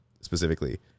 specifically